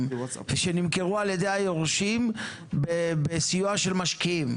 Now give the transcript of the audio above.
ושנמכרו על ידי היורשים בסיוע של משקיעים.